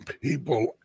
people